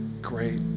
great